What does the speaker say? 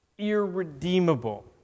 irredeemable